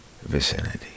vicinity